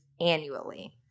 annually